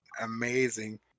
amazing